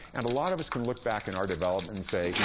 and a lot of us can look back in our development and say, you